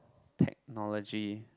technology